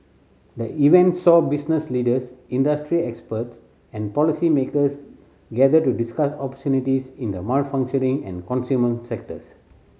the event saw business leaders industry experts and policymakers gather to discuss opportunities in the manufacturing and consumer sectors